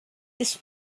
this